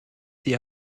die